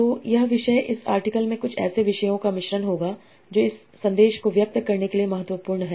तो यह विषय इस आर्टिकल में कुछ ऐसे विषयों का मिश्रण होगा जो इस संदेश को व्यक्त करने के लिए महत्वपूर्ण हैं